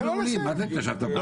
מה התיישבת פה?